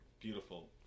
beautiful